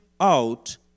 out